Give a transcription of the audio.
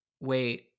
Wait